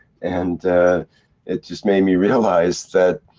and it just make me realize that.